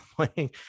playing